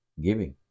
giving